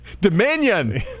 Dominion